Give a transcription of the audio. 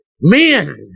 men